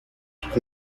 sus